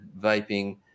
vaping